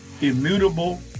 immutable